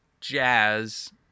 jazz